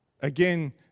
Again